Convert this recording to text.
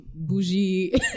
Bougie